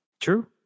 True